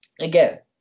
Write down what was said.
again